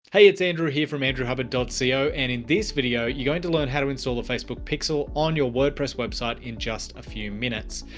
hey, it's andrew here from andrewhubbard co. so and in this video, you're going to learn how to install the facebook pixel on your wordpress website in just a few minutes.